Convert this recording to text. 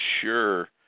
sure